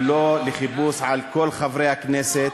היא לא לחיפוש על כל חברי הכנסת,